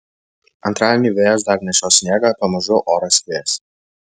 antradienį vėjas dar nešios sniegą pamažu oras vės